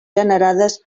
generades